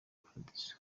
paradizo